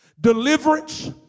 Deliverance